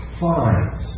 finds